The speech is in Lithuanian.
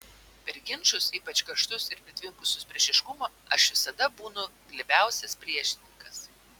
per ginčus ypač karštus ir pritvinkusius priešiškumo aš visada būnu glebiausias priešininkas